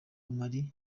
mali